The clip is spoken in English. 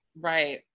Right